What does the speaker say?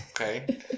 Okay